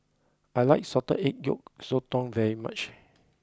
I like Salted Egg Yolk Sotong very much